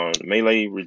Melee